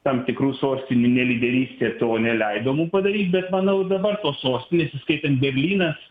tam tikrų sostinių nelyderystė to neleido mum padaryt bet manau dabar tos sostinės įskaitant berlynas